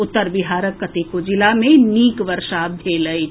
उत्तर बिहारक कतेको जिला मे नीक वर्षा भेल अछि